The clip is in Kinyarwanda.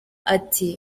ati